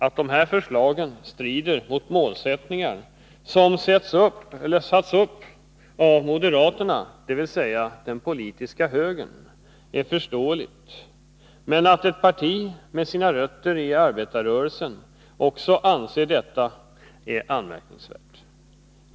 Att dessa förslag strider mot målsättningar som satts upp av moderaterna — dvs. den politiska högern — är förståeligt, men att ett parti med sina rötter i arbetarrörelsen också anser detta är anmärkningsvärt.